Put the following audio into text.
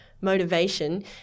motivation